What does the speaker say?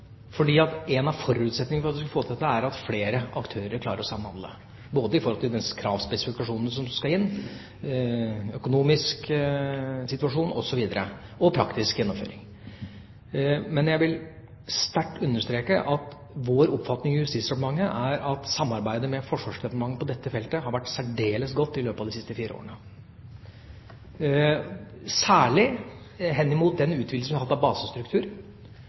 en av forutsetningene for at vi skal få dette til, er at flere aktører klarer å samhandle, både når det gjelder kravspesifikasjonen som er gitt, økonomisk situasjon osv. – og praktisk gjennomføring. Men jeg vil sterkt understreke at vår oppfatning i Justisdepartementet er at samarbeidet med Forsvarsdepartementet på dette feltet har vært særdeles godt i løpet av de siste fire årene, særlig hen imot den utvidelsen vi har hatt av basestruktur,